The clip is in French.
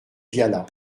viala